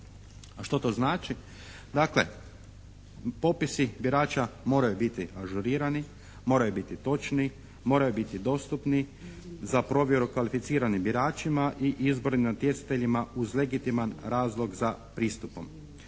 A što to znači? Dakle, popisi birača moraju biti ažurirani, moraju biti točno, moraju biti dostupni za provjeru kvalificiranim biračima i izbornim natjecateljima uz legitiman razlog za pristupom.